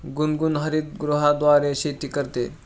गुनगुन हरितगृहाद्वारे शेती करते